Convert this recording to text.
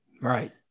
right